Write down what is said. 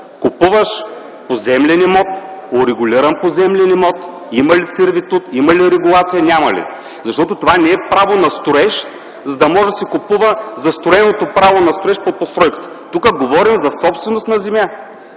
купуваш урегулиран поземлен имот, има ли сервитут, има ли регулация, няма ли? Това не е право на строеж, за да може да се купува застроеното право на строеж под постройката. Тук говорим за собственост на земя.